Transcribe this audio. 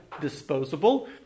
disposable